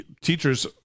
teachers